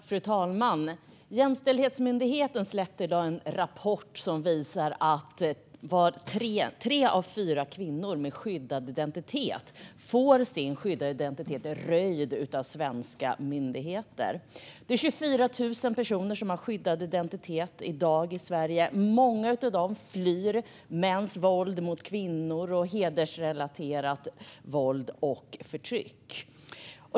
Fru talman! Jämställdhetsmyndigheten släppte i dag en rapport som visar att tre av fyra kvinnor med skyddad identitet får sin skyddande identitet röjd av svenska myndigheter. Det är 24 000 personer som har skyddad identitet i dag i Sverige. Många av dem flyr mäns våld mot kvinnor och hedersrelaterat våld och förtryck.